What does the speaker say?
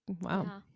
wow